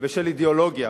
ושל אידיאולוגיה,